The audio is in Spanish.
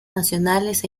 nacionales